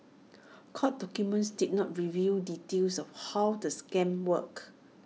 court documents did not reveal details of how the scam worked